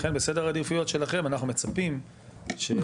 לכן בסדר העדיפויות שלכם אנחנו מצפים שחקירות